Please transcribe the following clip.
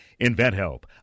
InventHelp